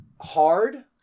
hard